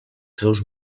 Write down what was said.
seus